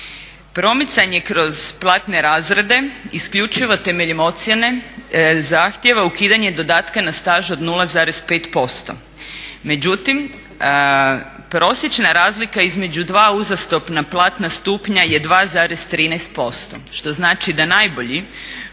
Promicanje kroz platne razrede isključivo temeljem ocjene zahtjeva ukidanje dodatka na staž od 0,5%, međutim prosječna razlika između dva uzastopna platna stupnja je 2,13% što znači da najbolji